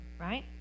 Right